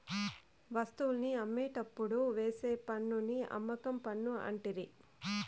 వస్తువుల్ని అమ్మేటప్పుడు వేసే పన్నుని అమ్మకం పన్ను అంటిరి